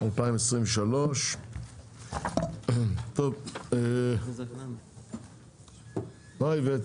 2023. מה, איווט?